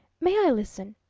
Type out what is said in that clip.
may i listen?